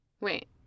wait